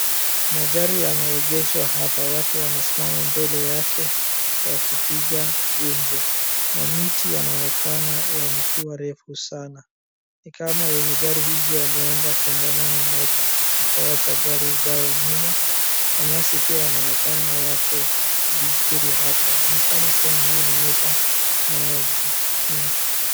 Magari yameegeshwa hapa. Watu wanasimama mbele yake wakipiga gumzo. Mamiti yanaonekana yamekuwa refu sana. Ni kama wenye gari hizi wameenda kongamano moja wakawacha gari zao nyuma. Manyasi pia yanaonekana yako vizuri hapa, nikama sehemu hii inanyesha maji mingi.